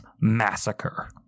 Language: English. massacre